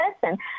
person